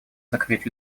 закрыть